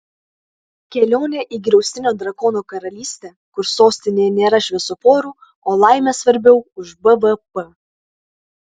kelionė į griaustinio drakono karalystę kur sostinėje nėra šviesoforų o laimė svarbiau už bvp